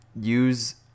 use